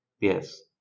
Yes